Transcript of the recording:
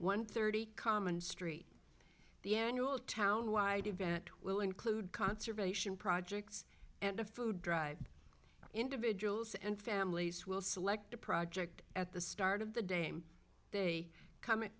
one thirty common street the end you will town wide event will include conservation projects and a food drive individuals and families will select a project at the start of the dame they com